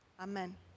Amen